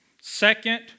second